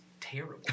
terrible